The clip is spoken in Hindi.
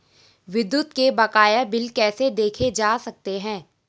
विद्युत के बकाया बिल कैसे देखे जा सकते हैं?